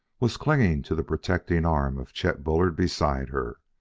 was clinging to the protecting arm of chet bullard beside her.